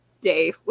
day